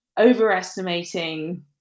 overestimating